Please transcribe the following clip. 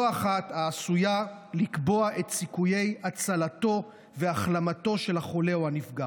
לא אחת היא עשויה לקבוע את סיכויי הצלתו והחלמתו של החולה או הנפגע.